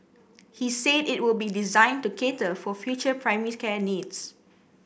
he said it will be designed to cater for future primary care needs